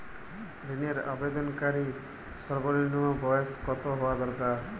ঋণের আবেদনকারী সর্বনিন্ম বয়স কতো হওয়া দরকার?